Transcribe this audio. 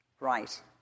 right